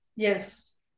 Yes